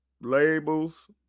labels